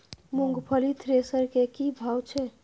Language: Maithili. मूंगफली थ्रेसर के की भाव छै?